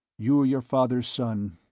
you're your father's son.